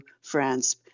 France